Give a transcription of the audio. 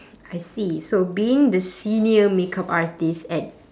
I see so being the senior makeup artist at